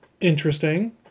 interesting